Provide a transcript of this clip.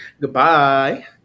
goodbye